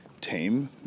tame